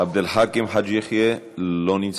עבד אל חכים חאג' יחיא, לא נמצא,